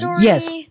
Yes